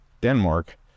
Denmark